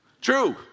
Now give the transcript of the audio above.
True